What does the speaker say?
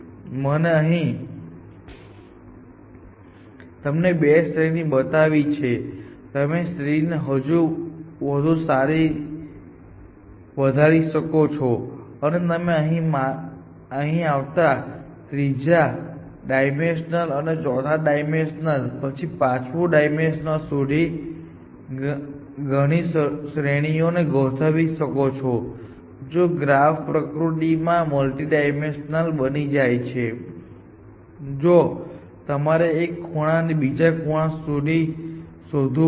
અને અહીં મેં તમને બે શ્રેણીઓ બતાવી છે તમે શ્રેણીને હજી વધુ વધારી શકો છો અને તમે અહીં આવતા ત્રીજા ડાઈમેંશનલ અને ચોથા ડાઈમેંશનલ અને પછી પાંચમું ડાઈમેંશનલ સુધી ઘણી શ્રેણીઓને ગોઠવી શકો છોતેથી જો ગ્રાફ પ્રકૃતિમાં મલ્ટીડાઈમેંશનલ બની જાય છે તો તમારે એક ખૂણાથી બીજા ખૂણા સુધી શોધવું પડશે